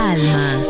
Alma